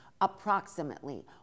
approximately